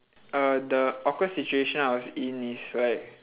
uh the awkward situation I was in is like